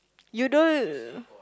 you don't uh